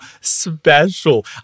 special